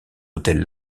autels